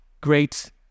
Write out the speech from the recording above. great